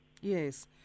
Yes